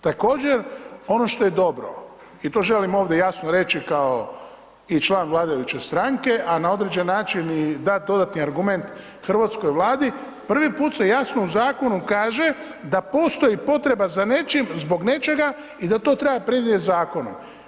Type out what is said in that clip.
Također ono što je dobro i to želim ovdje jasno reći i kao član vladajuće stranke, a na određeni način i dat dodatni argument Hrvatskoj Vladi, prvi put se jasno u zakonu kaže da postoji potreba za nečim, zbog nečega i da to treba predvidjet zakonom.